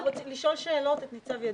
לא, רוצים לשאול שאלות את ניצב ידיד.